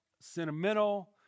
Sentimental